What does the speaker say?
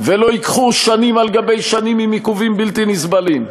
ולא ייקחו שנים אחרי שנים עם עיכובים בלתי נסבלים,